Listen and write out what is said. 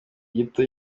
gito